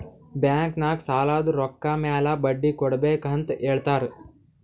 bank ನಾಗ್ ಸಾಲದ್ ರೊಕ್ಕ ಮ್ಯಾಲ ಬಡ್ಡಿ ಕೊಡ್ಬೇಕ್ ಅಂತ್ ಹೇಳ್ತಾರ್